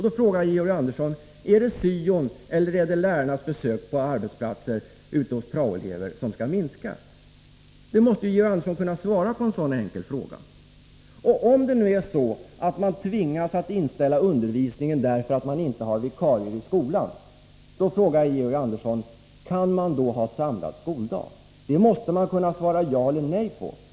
Då frågar jag Georg Andersson: Är det syon eller är det lärarnas besök hos prao-elever ute på arbetsplatserna som skall minska? Georg Andersson måste kunna svara på en sådan enkel fråga. Om man nu tvingas att inställa undervisningen därför att man inte har vikarier i skolan, då är min fråga: Kan man då ha samlad skoldag? Den frågan måste Georg Andersson också kunna svara ja eller nej på.